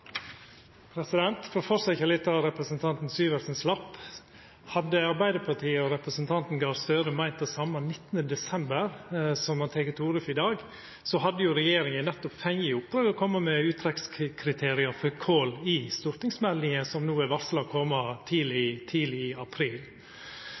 For å fortsetja litt der representanten Syversen slapp: Hadde Arbeidarpartiet og representanten Gahr Støre meint det same 19. desember som han tek til orde for i dag, så hadde regjeringa nettopp fått i oppdrag å koma med uttrekkskriteria for kol i stortingsmeldinga som no er varsla å koma tidleg i